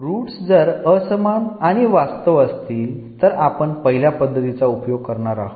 roots जर असमान आणि वास्तव असतील तर आपण पहिल्या पद्धतीचा उपयोग करणार आहोत